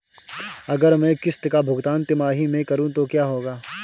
अगर मैं किश्त का भुगतान तिमाही में करूं तो क्या होगा?